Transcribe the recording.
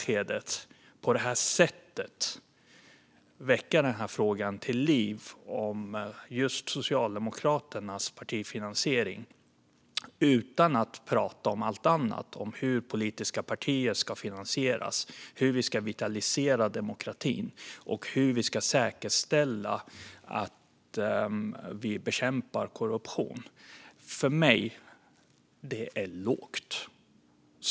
Att på detta sätt försöka väcka frågan om Socialdemokraternas partifinansiering utan att prata om hur politiska partier ska finansieras, hur vi ska vitalisera demokratin och hur vi ska säkerställa att vi bekämpar korruption är enligt mig lågt.